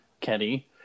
Kenny